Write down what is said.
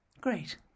Great